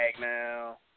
now